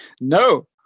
No